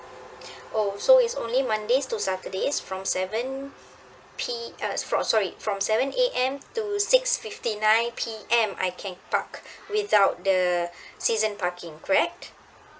oh so is only mondays to saturday from seven P uh so~ sorry from seven A_M to six fifty nine P_M I can park without the season parking correct